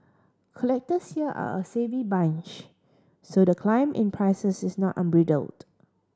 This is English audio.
collectors here are a savvy bunch so the climb in prices is not unbridled